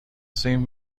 same